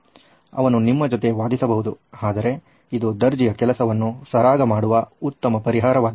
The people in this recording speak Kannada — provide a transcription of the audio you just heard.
ಅವನು ನಿಮ್ಮ ಜೊತೆ ವಾದಿಸಬಹುದು ಆದರೆ ಇದು ದರ್ಜಿಯ ಕೆಲಸವನ್ನು ಸರಾಗ ಮಾಡುವ ಉತ್ತಮ ಪರಿಹಾರವಾಗಿದೆ